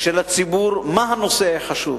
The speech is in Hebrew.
של הציבור, מה הנושא החשוב.